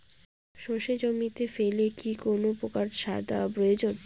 সর্ষে জমিতে ফেলে কি কোন প্রকার সার দেওয়া প্রয়োজন?